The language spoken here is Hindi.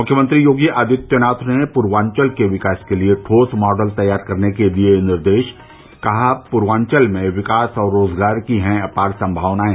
मुख्यमंत्री योगी आदित्यनाथ ने पूर्वांचल के विकास के लिए ठोस मॉडल तैयार करने के दिये निर्देश कहा पूर्वांचल में विकास और रोज़गार की हैं अपार संभावनाएं